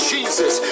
Jesus